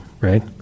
right